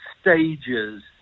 stages